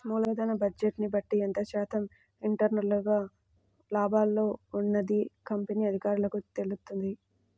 మూలధన బడ్జెట్ని బట్టి ఎంత శాతం ఇంటర్నల్ గా లాభాల్లో ఉన్నది కంపెనీ అధికారులకు తెలుత్తది